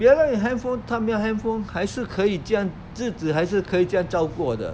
别人有 handphone 他没有 handphone 还是可以这样日子还是可以这样照过的